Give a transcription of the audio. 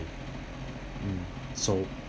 um so